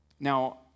Now